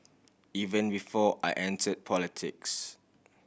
even before I entered politics